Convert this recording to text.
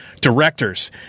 directors